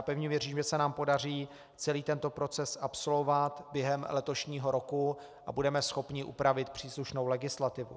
Pevně věřím, že se nám podaří celý tento proces absolvovat během letošního roku a budeme schopni upravit příslušnou legislativu.